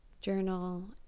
journal